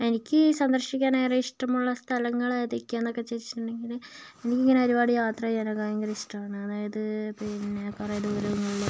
എനിക്ക് സന്ദർശിക്കാൻ ഏറെ ഇഷ്ടമുള്ള സ്ഥലങ്ങൾ ഏതക്കായെന്നൊക്കെ ചോദിച്ചിട്ടുണ്ടെങ്കിൽ എനിക്കിങ്ങനെ ഒരുപാട് യാത്ര ചെയ്യാനൊക്കെ ഭയങ്കര ഇഷ്ടമാണ് അതായത് പിന്നെ കുറേ ദൂരങ്ങളിൽ